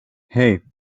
hey